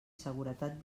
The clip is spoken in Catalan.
seguretat